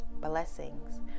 blessings